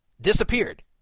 disappeared